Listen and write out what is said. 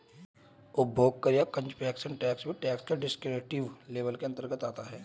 उपभोग कर या कंजप्शन टैक्स भी टैक्स के डिस्क्रिप्टिव लेबल के अंतर्गत आता है